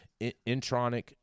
intronic